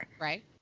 Right